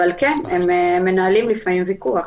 אבל כן, יש לפעמים ויכוח,